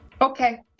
Okay